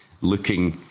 looking